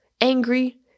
angry